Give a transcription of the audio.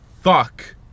fuck